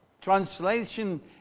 translation